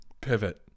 Pivot